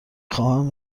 خواهم